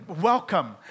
welcome